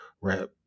rap